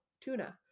tuna